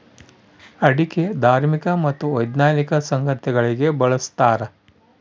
ಅಡಿಕೆ ಧಾರ್ಮಿಕ ಮತ್ತು ವೈಜ್ಞಾನಿಕ ಸಂಗತಿಗಳಿಗೆ ಬಳಸ್ತಾರ